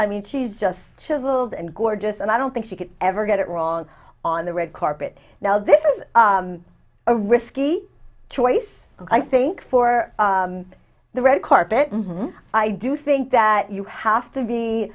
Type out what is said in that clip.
i mean she's just chiseled and gorgeous and i don't think she could ever get it wrong on the red carpet now this is a risky choice i think for the red carpet and i do think that you have to be